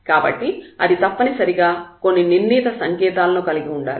కాబట్టి అది తప్పనిసరిగా కొన్ని నిర్ణీత సంకేతాలను కలిగి ఉండాలి